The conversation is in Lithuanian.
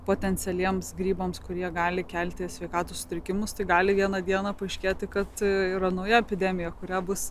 potencialiems grybams kurie gali kelti sveikatos sutrikimus tai gali vieną dieną paaiškėti kad yra nauja epidemija kurią bus